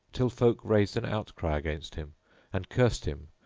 till folk raised an outcry against him and cursed him,